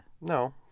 No